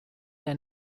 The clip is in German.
der